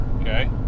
okay